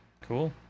cool